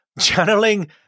channeling